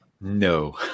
No